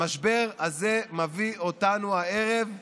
המשבר הזה מביא אותנו הערב לבחירות.